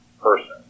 Person